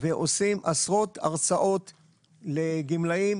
ועושים עשרות הרצאות לגמלאים,